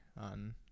on